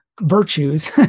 virtues